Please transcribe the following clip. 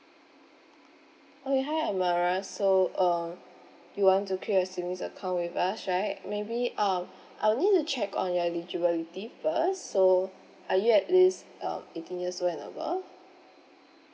okay hi amara so uh you want to create a savings account with us right maybe uh I'll need to check on your eligibility first so are you at least um eighteen years old and above